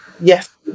yes